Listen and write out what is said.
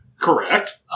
Correct